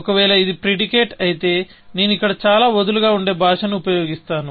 ఒకవేళ ఇది ప్రిడికేట్ అయితే నేను ఇక్కడ చాలా వదులుగా ఉండే భాషను ఉపయోగిస్తాను